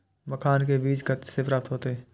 मखान के बीज कते से प्राप्त हैते?